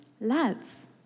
loves